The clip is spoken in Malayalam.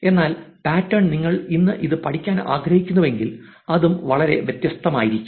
എന്നാൽ പാറ്റേൺ നിങ്ങൾ ഇന്ന് ഇത് പഠിക്കാൻ ആഗ്രഹിക്കുന്നുവെങ്കിൽ അതും വളരെ വ്യത്യസ്തമായിരിക്കാം